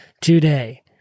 today